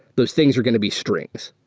those things are going to be string.